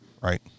Right